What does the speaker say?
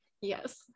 Yes